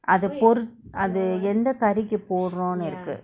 அத பொருத் அது எந்த கரிக்கு போடுறோன்னு இருக்கு:atha poruth athu entha karryku poduronnu irukku